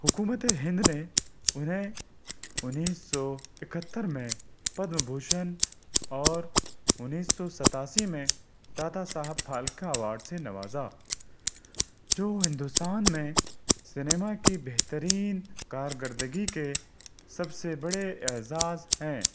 حکومت ہند نے انہیں انیس سو اکہتر میں پدم بھوشن اور انیس سو ستاسی میں دادا صاحب پھالکے ایوارڈ سے نوازا جو ہندوستان میں سنیما کی بہترین کار کردگی کے سب سے بڑے اعزاز ہیں